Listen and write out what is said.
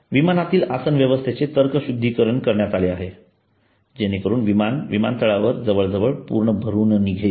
विमानातील आसन व्यवस्थेचे तर्कशुद्धीकरण करण्यात आले आहे जेणेकरून विमान विमानतळावर जवळजवळ पूर्ण भरून निघेल